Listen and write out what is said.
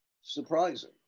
surprising